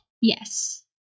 Yes